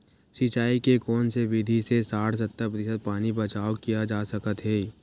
सिंचाई के कोन से विधि से साठ सत्तर प्रतिशत पानी बचाव किया जा सकत हे?